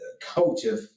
culture